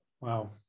Wow